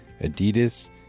Adidas